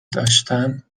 داشتن